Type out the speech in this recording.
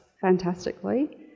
fantastically